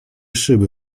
szyby